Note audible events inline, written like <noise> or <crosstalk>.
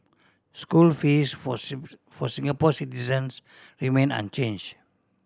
school fees for <unintelligible> for Singapore citizens remain unchange